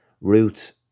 route